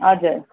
हजुर